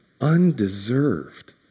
undeserved